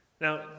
Now